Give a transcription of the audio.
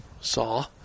saw